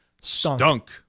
Stunk